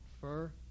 fur